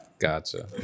Gotcha